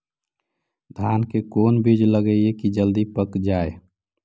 धान के कोन बिज लगईयै कि जल्दी पक जाए?